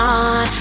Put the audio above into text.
on